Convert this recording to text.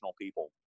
people